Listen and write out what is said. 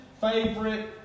favorite